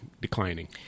declining